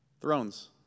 thrones